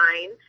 nine